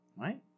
Right